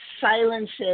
silences